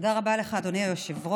תודה רבה לך, אדוני היושב-ראש.